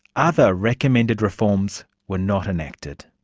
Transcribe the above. other recommended reforms were not enacted.